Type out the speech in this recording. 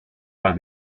par